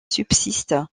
subsistent